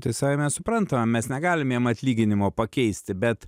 tai savaime suprantama mes negalim jam atlyginimo pakeisti bet